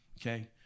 Okay